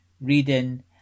reading